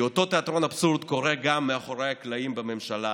כי אותו תיאטרון אבסורד קורה גם מאחורי הקלעים בממשלה